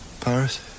paris